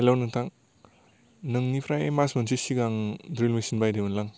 hello नोंथां नोंनिफ्राय मास मोनसे सिगां द्रिल मेसिन बायदोंमोन लां